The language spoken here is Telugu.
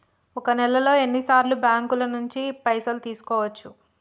ఒక నెలలో ఎన్ని సార్లు బ్యాంకుల నుండి పైసలు తీసుకోవచ్చు?